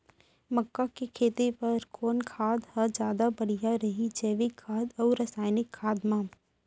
मक्का के खेती बर कोन खाद ह जादा बढ़िया रही, जैविक खाद अऊ रसायनिक खाद मा?